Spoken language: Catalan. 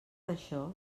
això